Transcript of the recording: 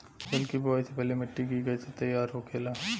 फसल की बुवाई से पहले मिट्टी की कैसे तैयार होखेला?